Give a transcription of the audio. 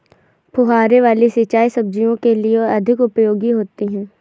फुहारे वाली सिंचाई सब्जियों के लिए अधिक उपयोगी होती है?